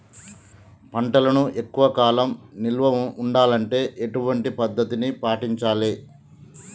పంటలను ఎక్కువ కాలం నిల్వ ఉండాలంటే ఎటువంటి పద్ధతిని పాటించాలే?